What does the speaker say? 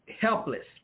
helpless